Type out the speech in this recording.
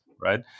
Right